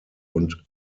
und